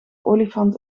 olifant